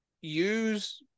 use